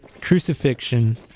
Crucifixion